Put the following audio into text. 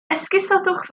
esgusodwch